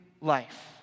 life